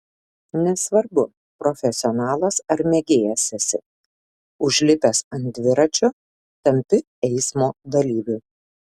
nesvarbu profesionalas ar mėgėjas esi užlipęs ant dviračio tampi eismo dalyviu